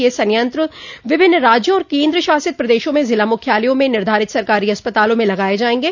यह संयंत्र विभिन्नं राज्यों और केन्द्रशासित प्रदशों में जिला मुख्यालयों में निर्धारित सरकारी अस्पतालों में लगाए जाएंगे